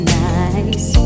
nice